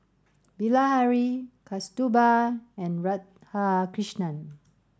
Bilahari Kasturba and Radhakrishnan